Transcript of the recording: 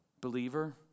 Believer